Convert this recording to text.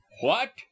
What